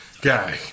guy